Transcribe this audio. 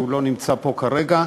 שלא נמצא פה כרגע,